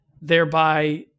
thereby